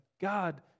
God